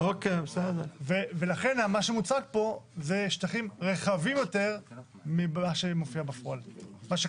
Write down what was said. לכן מה שמוצג פה זה שטחים רחבים יותר ממה שקיים בפועל.